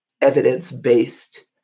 evidence-based